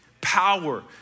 power